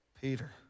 Peter